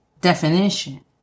definition